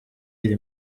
iri